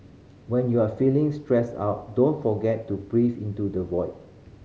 when you are feeling stressed out don't forget to breathe into the void